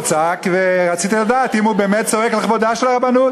הוא צעק ורציתי לדעת אם הוא באמת צועק לכבודה של הרבנות.